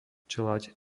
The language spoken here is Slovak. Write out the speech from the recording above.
čeľaď